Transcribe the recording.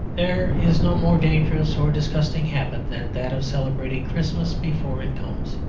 there is no more dangerous or disgusting habit than that of celebrating christmas before it comes,